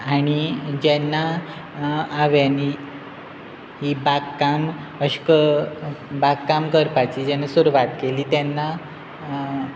आनी जेन्ना हांवें ही बाग काम अशे बागकाम करपाची जेन्ना सुरवात केली तेन्ना